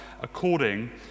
according